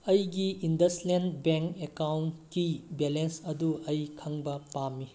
ꯑꯩꯒꯤ IndusInd bank ꯑꯦꯀꯥꯎꯟꯀꯤ balance ꯑꯗꯨ ꯑꯩ ꯈꯪꯕ ꯄꯥꯝꯃꯤ